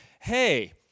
Hey